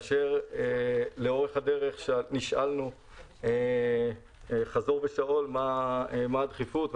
לאורך הדרך נשאלנו חזור ושאול מה הדחיפות,